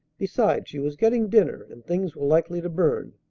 besides, she was getting dinner, and things were likely to burn.